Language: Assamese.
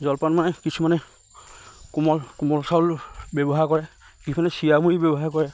জলপান মানে কিছুমানে কোমল কোমল চাউল ব্যৱহাৰ কৰে কিছুমানে চিৰামুৰি ব্যৱহাৰ কৰে